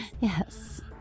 Yes